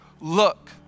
look